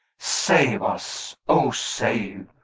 save us, o save!